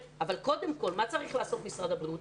קודם כל, מה צריך לעשות משרד הבריאות?